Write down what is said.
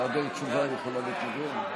בהיעדר תשובה היא יכולה להתנגד?